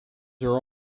are